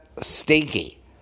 stinky